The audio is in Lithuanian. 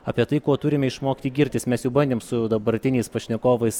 apie tai kuo turime išmokti girtis mes jau bandėm su dabartiniais pašnekovais